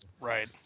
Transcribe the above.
right